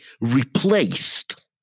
replaced